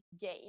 game